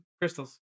Crystals